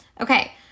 Okay